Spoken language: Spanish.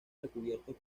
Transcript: recubiertos